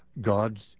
God